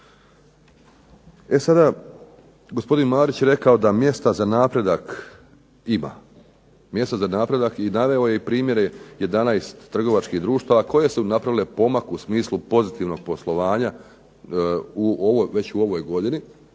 E sada gospodin Marić je rekao da mjesta za napredak ima, i naveo je primjere 11 trgovačkih društava koje su napravile pomak u smislu pozitivnog poslovanja već u ovoj godini,